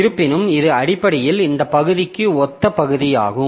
இருப்பினும் இது அடிப்படையில் இந்த பகுதிக்கு ஒத்த பகுதியாகும்